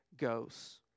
goes